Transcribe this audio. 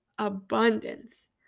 abundance